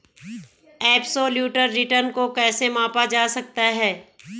Absolute return को कैसे मापा जा सकता है?